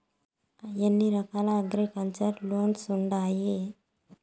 ఎన్ని రకాల agriculture loans ఉండాయి